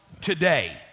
today